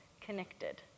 connected